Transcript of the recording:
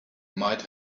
might